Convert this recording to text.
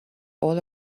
all